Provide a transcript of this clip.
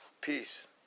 peace